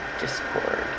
discord